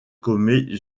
commet